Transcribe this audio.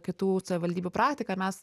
kitų savivaldybių praktika ir mes